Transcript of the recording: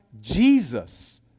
jesus